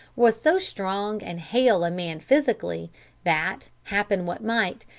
was so strong and hale a man physically that, happen what might,